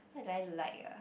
what do I like ah